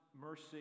mercy